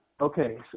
Okay